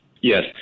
Yes